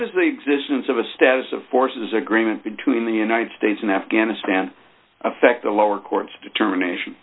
does the existence of a status of forces agreement between the united states and afghanistan affect the lower courts determination